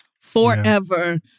forever